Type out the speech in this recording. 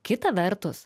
kita vertus